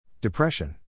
Depression